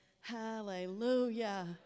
Hallelujah